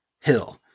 Hill